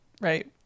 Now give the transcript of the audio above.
Right